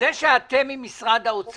לא תמיד אתם עם משרד האוצר.